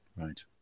Right